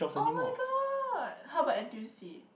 oh my god how about n_t_u_c